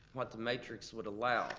what the matrix would allow